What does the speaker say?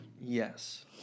Yes